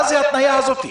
מה זו ההתניה הזאת?